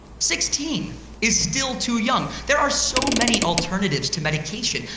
sixteen is still too young. there are so many alternatives to medication.